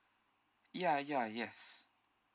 ya ya yes